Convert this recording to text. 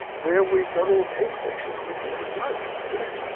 where we go to a pay station and we call the judge and say,